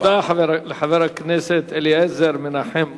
תודה לחבר הכנסת אליעזר מנחם מוזס.